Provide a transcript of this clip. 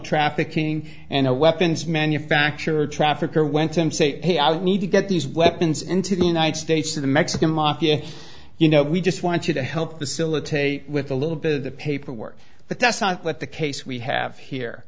trafficking and a weapons manufacturer trafficker when tim say hey i need to get these weapons into the united states to the mexican mafia you know we just wanted to help facilitate with a little bit of the paperwork but that's not what the case we have here